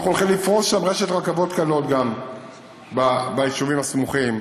אנחנו הולכים לפרוס שם רשת רכבות קלות גם ביישובים הסמוכים.